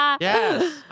Yes